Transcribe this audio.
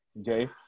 Okay